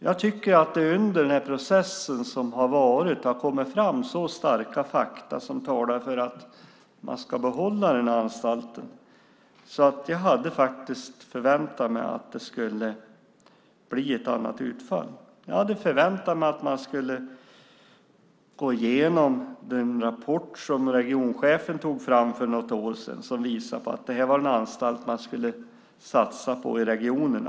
Jag tycker att det under den process som har varit har kommit fram så starka fakta som talar för att man ska behålla den här anstalten. Jag hade förväntat mig att det skulle bli ett annat utfall. Jag hade förväntat mig att man skulle gå igenom den rapport som regionchefen tog fram för något år sedan som visade att det här är en av de öppna anstalterna som man skulle satsa på i regionen.